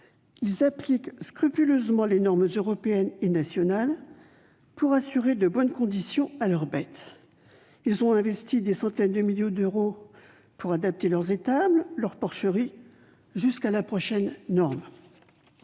Ils appliquent scrupuleusement les normes européennes et nationales, pour assurer de bonnes conditions à leurs bêtes. Ils ont investi des centaines de milliers d'euros pour adapter leurs étables et leurs porcheries- jusqu'à la prochaine norme